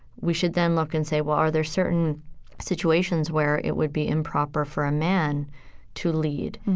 we should then look and say, well, are there certain situations where it would be improper for a man to lead?